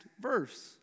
verse